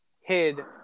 hid